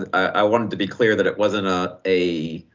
i wanted to be clear that it wasn't ah a